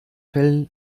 fell